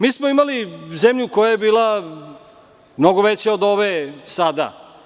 Mi smo imali zemlju koja je bila mnogo veća od ove sada.